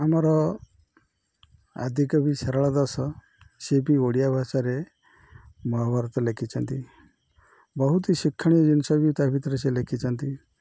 ଆମର ଆଦିକବିି ସାରଳା ଦାସ ସିଏ ବି ଓଡ଼ିଆ ଭାଷାରେ ମହାଭାରତ ଲେଖିଛନ୍ତି ବହୁତ ଶିକ୍ଷଣୀୟ ଜିନିଷ ବି ତା ଭିତରେ ସେ ଲେଖିଛନ୍ତି